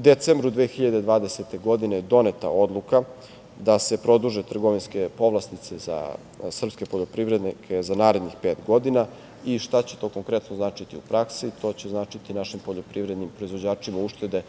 decembru 2020. godine doneta je odluka da se produže trgovinske povlastice za srpske poljoprivrednike za narednih pet godina, i šta će to konkretno značiti u praksi to će značiti našim poljoprivrednim proizvođačima uštede